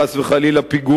חס וחלילה,